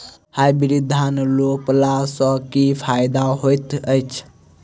Hybrid धान रोपला सँ की फायदा होइत अछि?